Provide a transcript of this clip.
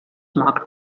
marked